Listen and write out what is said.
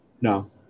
No